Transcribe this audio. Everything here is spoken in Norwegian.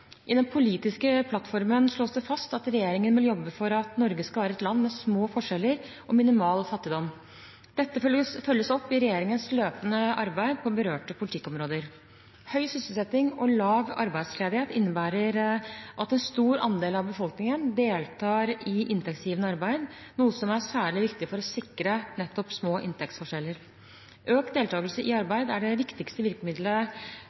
I den politiske plattformen slås det fast at regjeringen vil jobbe for at Norge skal være et land med små forskjeller og minimal fattigdom. Dette følges opp i regjeringens løpende arbeid på berørte politikkområder. Høy sysselsetting og lav arbeidsledighet innebærer at en stor andel av befolkningen deltar i inntektsgivende arbeid, noe som er særlig viktig for å sikre nettopp små inntektsforskjeller. Økt deltakelse i arbeid er det viktigste virkemiddelet